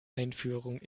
einführung